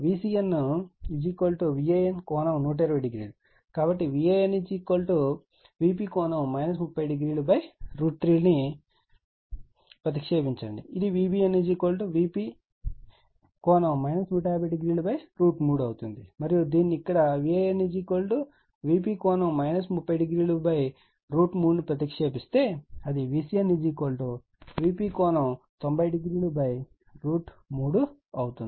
కాబట్టి VAN VP 3003 ను ప్రతిక్షేపించండి ఇది VBN VP 15003 అవుతుంది మరియు దీనిని ఇక్కడ VAN VP 3003ను ప్రతిక్షేపిస్తే అది VCN VP9003 అవుతుంది